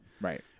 right